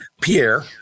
Pierre